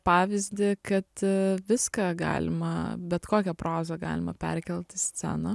pavyzdį kad viską galima bet kokią prozą galima perkelt į sceną